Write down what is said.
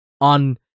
on